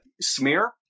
smear